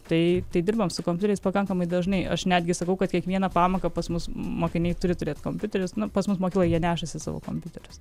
tai tai dirbam su kompiuteriais pakankamai dažnai aš netgi sakau kad kiekvieną pamoką pas mus mokiniai turi turėt kompiuterius nu pas mus mokykloj jie nešasi savo kompiuterius